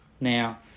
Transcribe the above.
Now